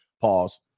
pause